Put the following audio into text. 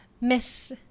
Miss